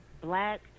black